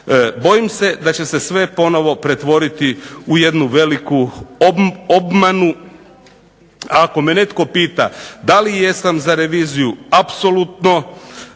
Bojim se da će se sve ponovo pretvoriti u jednu veliku obmanu, a ako me netko pita da li jesam za reviziju apsolutno,